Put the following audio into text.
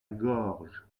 gorge